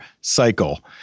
cycle